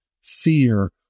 fear